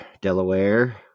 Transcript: Delaware